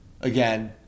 again